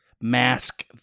mask